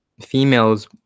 females